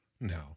No